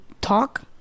talk